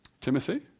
Timothy